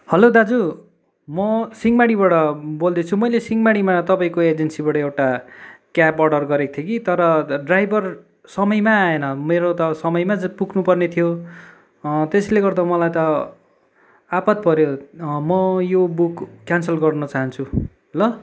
hello दाजु म सिंहमारीबाट बोल्दैछु मैले सिंहमारीमा तपाईँको एजेन्सीबाट एउटा क्याब अर्डर गरेको थिएँ कि तर ड्राइभर समयमा आएन मेरो त समयमा पुग्नुपर्ने थियो त्यसले गर्दा मलाई त आपद् पऱ्यो म यो बुक क्यान्सल गर्न चाहन्छु ल